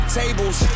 tables